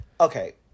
Okay